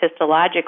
histologically